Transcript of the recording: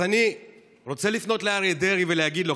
אז אני רוצה לפנות לאריה דרעי ולהגיד לו,